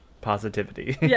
positivity